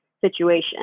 situation